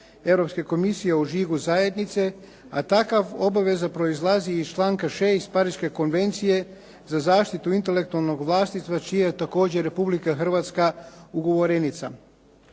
Europske komisije o žigu zajednice, a takav obaveza proizlazi iz članka 6. iz Pariške konvencije za zaštitu intelektualnog vlasništva čija je također Republika Hrvatska ugovorenica.